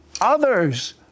Others